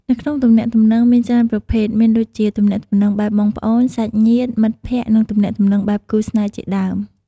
នៅក្នុងទំនាក់ទំនងមានច្រើនប្រភេទ មានដូចជាទំនាក់ទំនងបែបបងប្អូន សាច់ញាតិ មិត្តភក្តិ និងទំនាក់ទំនងបែបគូរស្នេហ៍ជាដើម។